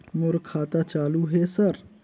मोर खाता चालु हे सर?